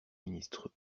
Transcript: ministre